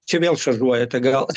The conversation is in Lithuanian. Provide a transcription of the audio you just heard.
čia vėl šaržuojate gal